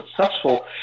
successful